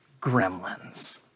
Gremlins